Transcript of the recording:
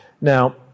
Now